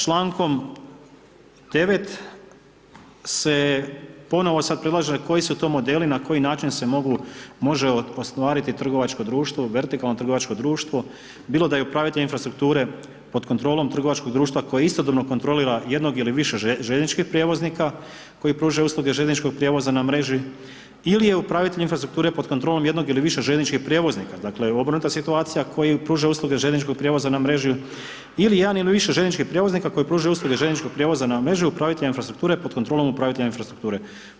Člankom 9. se ponovno sad predlaže da koji su to modeli, na koji način se može ostvariti trgovačko društvo u vertikalno trgovačko društvo bilo da je upravitelj infrastrukture pod kontrolom trgovačkog društva koji istodobno kontrolira jednog ili više željezničkih prijevoznika, koji pružaju usluge željezničkog prijevoza na mreži ili je upravitelj infrastrukture pod kontrolom jednog ili više željezničkog prijevoznika, dakle obrnuta situacija kojim im pruža željezničkog prijevoza na mreži ili jedan ili više željezničkih prijevoznika koji pruža usluge željezničkog prijevoza na mrežu upravitelja infrastrukture pod kontrolom upravitelja infrastrukture.